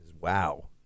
wow